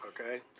okay